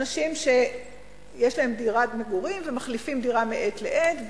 אנשים שיש להם דירת מגורים, מחליפים דירה מעת לעת.